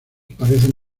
parecen